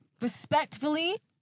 Respectfully